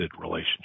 relationship